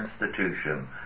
institution